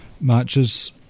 matches